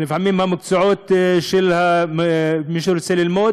שלפעמים המקצועות של מי שרוצה ללמוד